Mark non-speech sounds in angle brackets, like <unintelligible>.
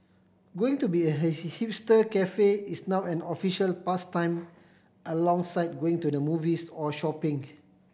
going to be a <unintelligible> hipster cafe is now an official pastime alongside going to the movies or shopping